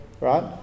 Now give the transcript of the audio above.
Right